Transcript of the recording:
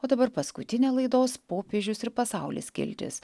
o dabar paskutinė laidos popiežius ir pasaulis skiltis